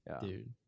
Dude